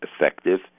effective